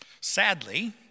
Sadly